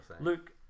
Luke